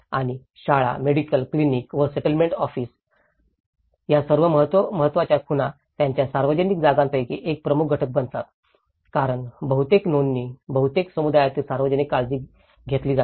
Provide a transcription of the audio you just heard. आणि शाळा medical clinic आणि सेटलमेंट ऑफिस या सर्व महत्वाच्या खुणा त्यांच्या सार्वजनिक जागांपैकी एक प्रमुख घटक बनतात कारण बहुतेक नोंदी बहुतेक समुदायातील सहकार्याची काळजी घेतली जाते